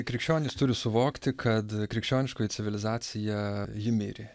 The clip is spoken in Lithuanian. krikščionys turi suvokti kad krikščioniškoji civilizacija ji mirė